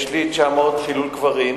יש לי 900: חילול קברים.